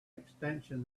extension